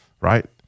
Right